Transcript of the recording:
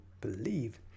believe